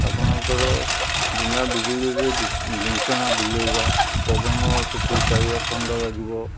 ଆପଣଙ୍କର ବିନା ବିଜୁଳିରେ ବିଞ୍ଚଣା ବୁଲାଇବା ପବନ ସେଥିରୁ ପାଇବା ଥଣ୍ଡା ଲାଗିବ